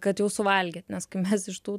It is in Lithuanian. kad jau suvalgėt nes kai mes iš tų